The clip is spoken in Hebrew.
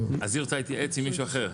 אז היא רוצה להתייעץ עם מישהו אחר.